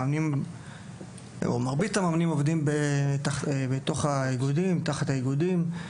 מרבית המאמנים עובדים תחת האיגודים.